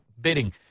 bidding